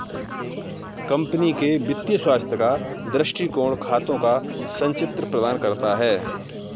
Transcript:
company के वित्तीय स्वास्थ्य का दृष्टिकोण खातों का संचित्र प्रदान करता है